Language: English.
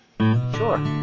Sure